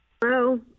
Hello